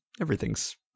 Everything's